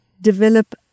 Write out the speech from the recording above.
develop